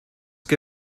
que